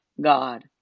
God